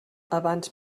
abans